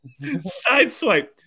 Sideswipe